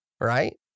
right